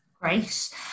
Great